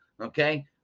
okay